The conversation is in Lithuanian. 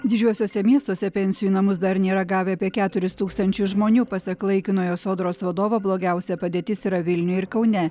didžiuosiuose miestuose pensijų į namus dar nėra gavę apie keturis tūkstantis žmonių pasak laikinojo sodros vadovo blogiausia padėtis yra vilniuje ir kaune